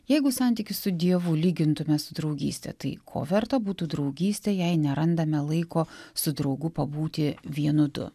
jeigu santykį su dievu lygintume su draugyste tai ko verta būtų draugystė jei nerandame laiko su draugu pabūti vienu du